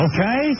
Okay